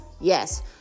Yes